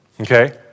Okay